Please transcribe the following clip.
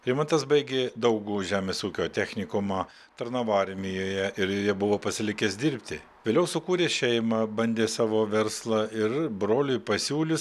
rimantas baigė daugų žemės ūkio technikumą tarnavo armijoje ir joje buvo pasilikęs dirbti vėliau sukūrė šeimą bandė savo verslą ir broliui pasiūlius